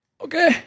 Okay